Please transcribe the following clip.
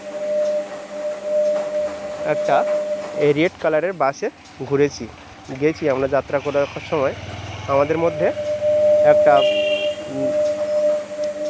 একটা রেড কালারের বাসে ঘুরেছি গেছি আমরা যাত্রা করা সময় আমাদের মধ্যে একটা